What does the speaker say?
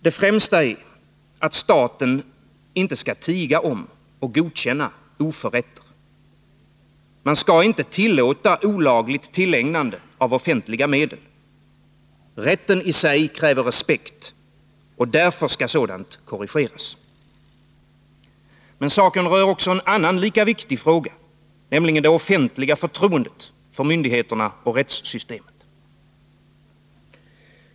Det främsta är att staten inte skall tiga om och godkänna oförrätter. Man skall inte tillåta olagligt tillägnande av offentliga medel. Rätten i sig kräver respekt, och därför skall sådant korrigeras. Men saken rör också en annan, lika viktig fråga, nämligen det offentliga förtroendet för myndigheterna och rättssystemet.